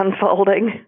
unfolding